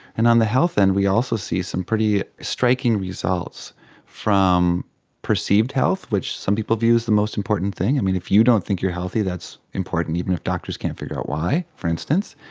and on the health end we also see some pretty striking results from perceived health, which some people view as the most important thing. i mean, if you don't think you are healthy, that's important, even if doctors can't figure out why, for instance.